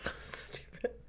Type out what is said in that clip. Stupid